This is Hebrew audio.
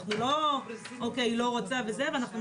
אנחנו לא אומרים שהמתלוננים לא רוצים ואנחנו ממשיכים.